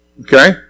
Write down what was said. Okay